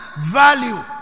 value